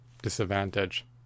disadvantage